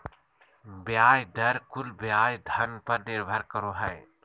ब्याज दर कुल ब्याज धन पर निर्भर करो हइ